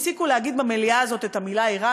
הפסיקו להגיד במליאה הזאת את המילה איראן.